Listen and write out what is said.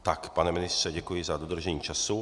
Tak, pane ministře, děkuji za dodržení času.